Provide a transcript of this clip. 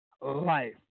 life